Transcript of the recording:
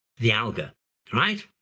the alga right.